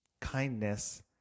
kindness